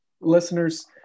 listeners